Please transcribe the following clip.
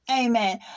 Amen